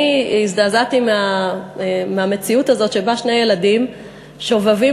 אני הזדעזעתי מהמציאות הזאת שבה שני ילדים שובבים,